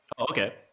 okay